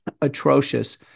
atrocious